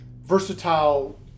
versatile